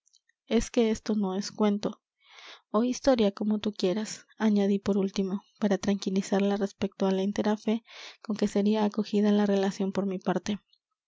es que esto no es cuento ó historia como tú quieras añadí por último para tranquilizarla respecto á la entera fe con que sería acogida la relación por mi parte